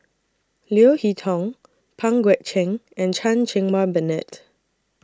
Leo Hee Tong Pang Guek Cheng and Chan Cheng Wah Bernard